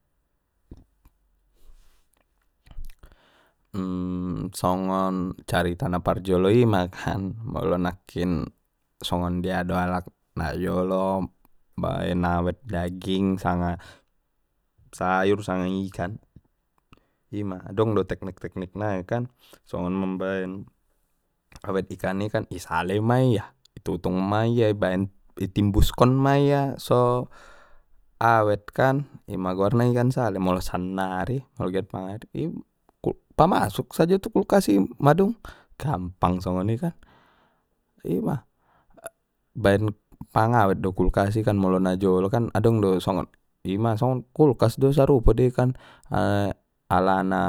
songon carita na parjolo i ma kan molo nakkin songon dia do alak na jolo baen awet daging sanga sayur sanga ikan ima adong do teknik teknik nai kan songon mambaen awet ikan i kan i sale ma ia itutung ma ia i baen itimbuskon ma ia so awet kan ima goarna ikan sale molo sannari molo get mangaweti kul-pa masuk sajo tu kulkas i madung gampang soni kan ima baen pangawet do kulkas i kan molo najolo kan adon do songon ima songon kulkas do sarupo dei kan alana